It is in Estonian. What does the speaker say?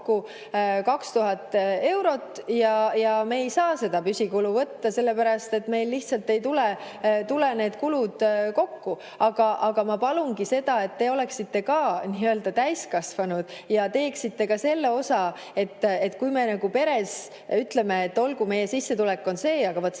2000 eurot ja me ei saa seda püsikulu võtta, sellepärast et meil lihtsalt ei tule need kulud kokku. Ma palungi seda, et te oleksite ka nii-öelda täiskasvanud ja teeksite ka selle osa. Kui me peres ütleme, et olgu, meie sissetulek on see, aga vaat